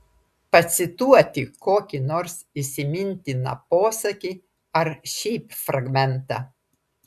pacituoti kokį nors įsimintiną posakį ar šiaip fragmentą